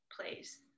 place